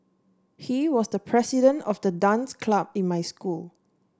he was the president of the dance club in my school